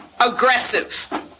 aggressive